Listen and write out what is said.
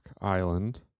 Island